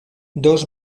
dos